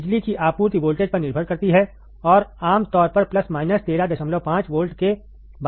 बिजली की आपूर्ति वोल्टेज पर निर्भर करती है और आम तौर पर प्लस माइनस 135 वोल्ट के बारे में है